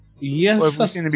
Yes